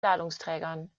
ladungsträgern